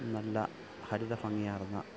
നല്ല ഹരിത ഭംഗിയാർന്ന